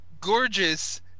gorgeous